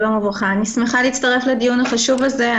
אני שמחה להצטרף לדיון החשוב הזה.